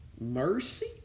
mercy